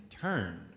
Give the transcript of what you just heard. turn